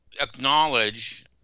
acknowledge